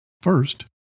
First